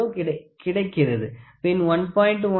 630 கிடைக்கிறது பின் 1